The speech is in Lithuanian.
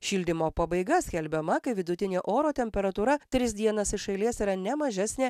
šildymo pabaiga skelbiama kai vidutinė oro temperatūra tris dienas iš eilės yra ne mažesnė